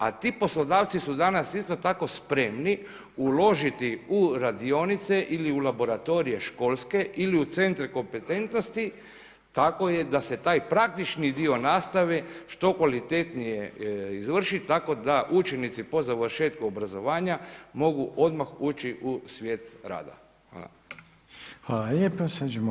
A ti poslodavci su danas isto tako spremni uložiti u radionice ili u laboratorije školske ili u centre kompetentnosti, tako da se taj praktični dio nastave što kvalitetnije izvrši tako da učenici po završetku obrazovanja mogu odmah ući u svijet rada.